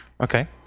Okay